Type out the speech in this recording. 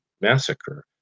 Massacre